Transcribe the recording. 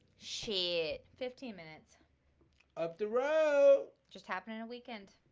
shit fifteen minutes up the road just happened in a weekend.